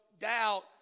doubt